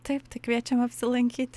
taip tai kviečiame apsilankyti